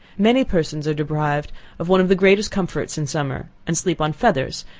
many persons are deprived of one of the greatest comforts in summer, and sleep on feathers,